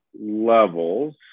levels